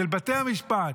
של בתי המשפט,